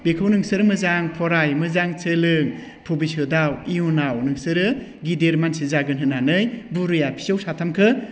बेखौ नोंसोरो मोजां फराय मोजां सोलों भबिस्वतआव इयुनाव नोंसोरो गिदिर मानसि जागोन होननानै बुरैया फिसौ साथामखौ